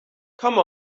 come